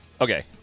okay